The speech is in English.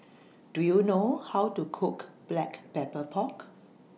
Do YOU know How to Cook Black Pepper Pork